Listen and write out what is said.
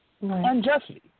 unjustly